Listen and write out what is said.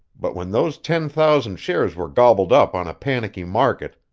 but when those ten thousand shares were gobbled up on a panicky market,